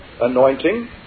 anointing